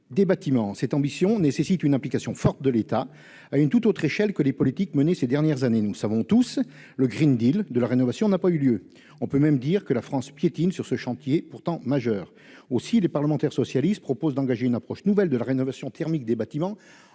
des bâtiments. Cette ambition nécessite une implication forte de l'État à une tout autre échelle que les politiques menées ces dernières années. Nous savons tous que le de la rénovation n'a pas eu lieu : on peut même dire que la France piétine sur ce chantier pourtant majeur. Aussi les parlementaires socialistes proposent-ils d'engager une approche nouvelle de la rénovation thermique des bâtiments